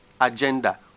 agenda